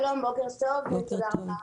בוקר וטוב ותודה רבה.